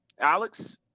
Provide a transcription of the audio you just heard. Alex